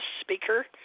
speaker